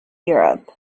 europe